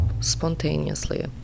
spontaneously